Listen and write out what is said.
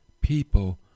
people